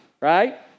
right